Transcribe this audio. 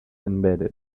embedded